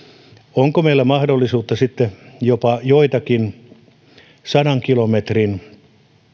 onko meillä mahdollisuutta sitten jopa joitakin sadan kilometrin